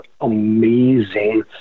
amazing